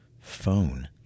phone